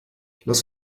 lass